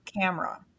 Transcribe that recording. camera